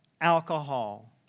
alcohol